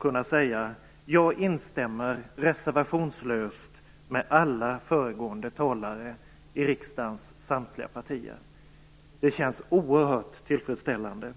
kunna säga att jag instämmer reservationslöst med alla föregående talare från riksdagens samtliga partier. Det känns oerhört tillfredsställande.